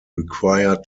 required